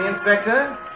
Inspector